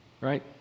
Right